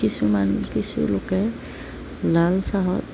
কিছুমান কিছু লোকে লাল চাহত